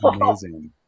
amazing